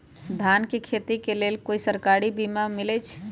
धान के खेती के लेल कोइ सरकारी बीमा मलैछई?